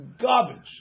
garbage